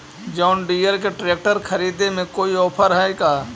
जोन Deere के tractor खरिदे में कोई औफर है का?